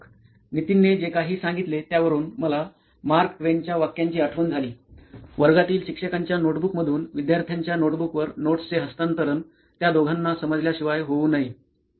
प्राध्यापक नितीनने जे काही सांगितले त्यावरुन मला मार्क ट्वेनच्या वाक्यांचीआठवण झाली "वर्गातील शिक्षकांच्या नोटबुक मधून विद्यार्थ्यांच्या नोटबुकवर नोट्सचे हस्तांतरण त्या दोघांना समजल्या शिवाय होऊ नये